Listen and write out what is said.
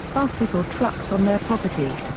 buses or trucks on their property.